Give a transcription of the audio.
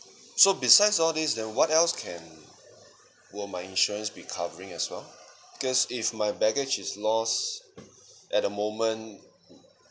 so besides all this then what else can will my insurance be covering as well because if my baggage is lost at the moment